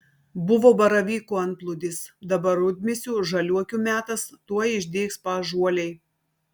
buvo baravykų antplūdis dabar rudmėsių žaliuokių metas tuoj išdygs paąžuoliai